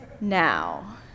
now